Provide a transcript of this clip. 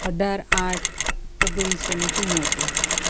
અઢાર આઠ ઓગણીસો ને ચુંમોતેર